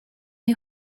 you